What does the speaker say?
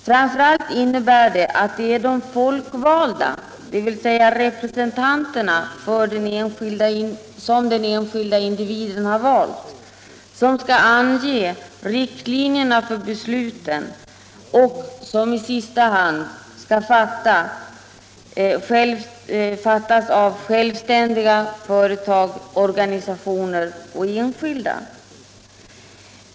Framför allt innebär det att det är de folkvalda, dvs. de representanter som den enskilde individen valt, som skall ange riktlinjerna för besluten, som i sista hand skall fattas av självständiga företag, organisationer och enskilda.